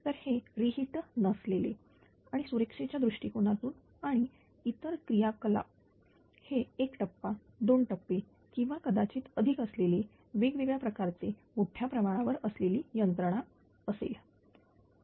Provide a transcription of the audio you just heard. तर हे reheat नसलेले आणि सुरक्षेच्या दृष्टिकोनातून आणि इतरक्रियाकलाप हे एक टप्पा दोन टप्पे किंवा कदाचित अधिक असलेले वेगवेगळ्या प्रकारचे मोठ्या प्रमाणावर असलेली यंत्रणा असेल